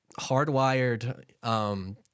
hardwired